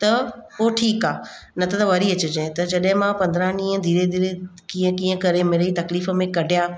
त पोइ ठीकु आहे न त त वरी अचिजे त जॾहिं मां पंद्रहं ॾींहं धीरे धीरे कीअं कीअं करे मिड़ई तकलीफ़ में कढिया